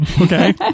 okay